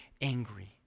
angry